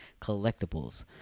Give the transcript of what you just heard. collectibles